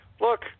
Look